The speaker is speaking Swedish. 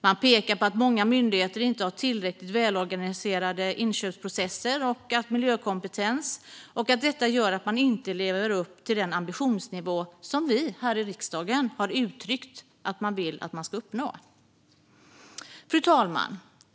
Man pekar på att många myndigheter inte har tillräckligt välorganiserade inköpsprocesser och tillräcklig miljökompetens och att detta gör att de inte lever upp till den ambitionsnivå som vi här i riksdagen har uttryckt att vi vill att de ska uppnå. Fru talman!